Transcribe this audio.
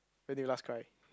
when did you last cry